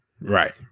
Right